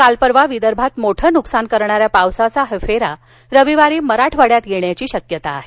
काल परवा विदर्भात मोठं नुकसान करणाऱ्या पावसाचा हा फेरा रविवारी मराठवाड्यात पडण्याची शक्यता आहे